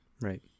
Right